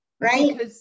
Right